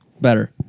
Better